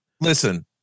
listen